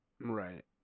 Right